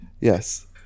Yes